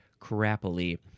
crappily